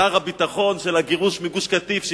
שר הביטחון של הגירוש מגוש-קטיף,